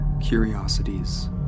curiosities